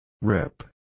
Rip